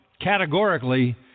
categorically